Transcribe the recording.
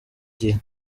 gihe